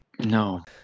no